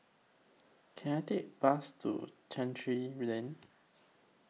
Can I Take Bus to Chancery Lane